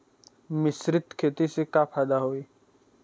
मिश्रित खेती से का फायदा होई?